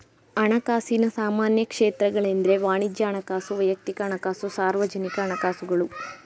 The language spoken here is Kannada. ಹಣಕಾಸಿನ ಸಾಮಾನ್ಯ ಕ್ಷೇತ್ರಗಳೆಂದ್ರೆ ವಾಣಿಜ್ಯ ಹಣಕಾಸು, ವೈಯಕ್ತಿಕ ಹಣಕಾಸು, ಸಾರ್ವಜನಿಕ ಹಣಕಾಸುಗಳು